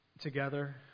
together